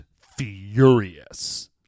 furious